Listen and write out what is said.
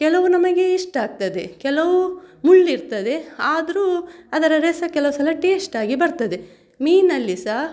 ಕೆಲವು ನಮಗೆ ಇಷ್ಟ ಆಗ್ತದೆ ಕೆಲವು ಮುಳ್ಳಿರ್ತದೆ ಆದರು ಅದರ ರಸ ಕೆಲವು ಸಲ ಟೇಸ್ಟ್ ಆಗಿ ಬರ್ತದೆ ಮೀನಲ್ಲಿ ಸಹ